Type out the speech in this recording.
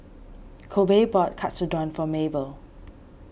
Kobe bought Katsudon for Maebelle